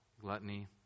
gluttony